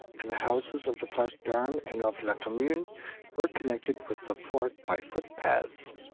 and the houses of the place d'armes and of la commune were connected with the fort by footpaths.